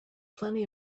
plenty